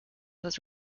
was